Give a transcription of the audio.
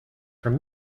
from